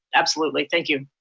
absolutely, thank you.